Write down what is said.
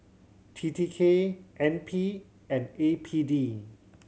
T T K N P and A P D